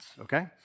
okay